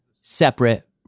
separate